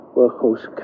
workhorse